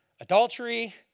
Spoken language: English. adultery